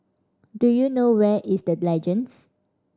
do you know where is The Legends